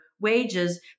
wages